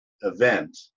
event